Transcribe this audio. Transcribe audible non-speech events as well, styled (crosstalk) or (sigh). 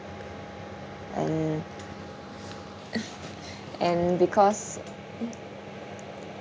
and (laughs) and because